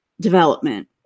development